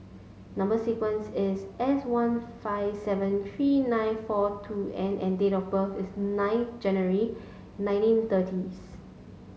number sequence is S one five seven three nine four two N and date of birth is nine January nineteen thirtieth